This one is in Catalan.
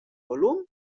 volum